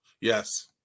Yes